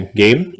game